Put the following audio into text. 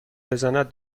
بزند